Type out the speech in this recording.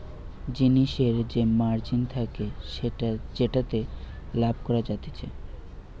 জিনিসের যে মার্জিন থাকে যেটাতে লাভ করা যাতিছে